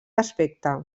aspecte